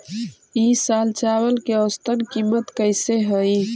ई साल चावल के औसतन कीमत कैसे हई?